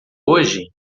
hoje